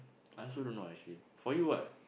I also don't know actually for you what